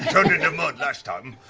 turned into mud last time.